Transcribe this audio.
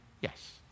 Yes